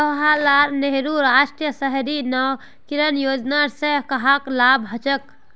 जवाहर लाल नेहरूर राष्ट्रीय शहरी नवीकरण योजनार स कहाक लाभ हछेक